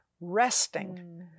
resting